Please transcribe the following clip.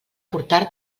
portar